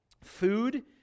food